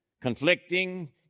conflicting